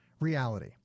reality